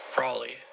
Raleigh